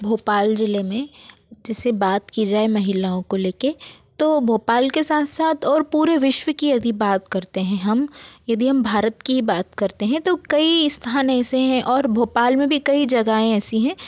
भोपाल ज़िले में जैसे बात की जाए महिलाओं को ले के तो भोपाल के साथ साथ और पूरे विश्व की यदि बात करते हैं हम यदि हम भारत की ही बात करते हैं तो कई स्थान ऐसे हैं और भोपाल में भी कई जगहें ऐसी हैं